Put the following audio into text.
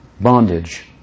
bondage